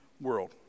world